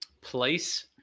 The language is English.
place